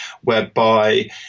whereby